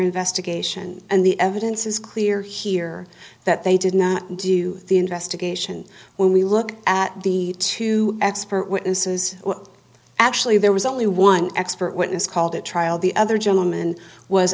investigation and the evidence is clear here that they did not do the investigation when we look at the two expert witnesses actually there was only one expert witness called at trial the other gentleman was